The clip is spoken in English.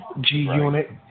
G-Unit